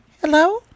Hello